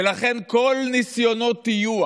ולכן, כל ניסיונות הטיוח